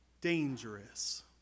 dangerous